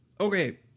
Okay